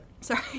sorry